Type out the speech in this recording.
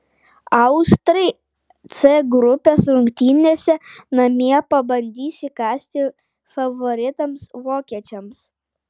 austrai c grupės rungtynėse namie pabandys įkąsti favoritams vokiečiams